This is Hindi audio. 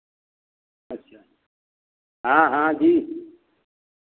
अच्छा हाँ हाँ जी